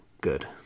good